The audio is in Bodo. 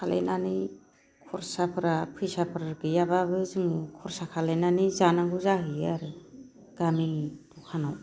खालायनानै खरसाफोरा फैसाफोर गैयाब्लाबो जों खरसा खालायनानै जानांगौ जाहैयो आरो गामिनि दखानाव